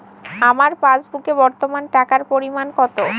আমার পাসবুকে বর্তমান টাকার পরিমাণ কত?